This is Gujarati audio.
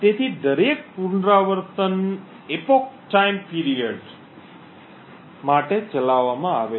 તેથી દરેક પુનરાવર્તન epoch time period TIME PERIOD માટે ચલાવવામાં આવે છે